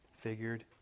figured